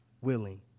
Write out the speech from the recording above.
willing